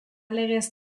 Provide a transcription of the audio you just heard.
legez